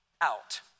out